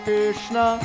Krishna